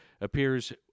appears